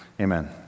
Amen